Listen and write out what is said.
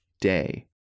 day